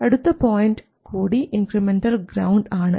അടുത്ത പോയിൻറ് കൂടി incremental ground ആണ്